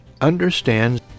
Understand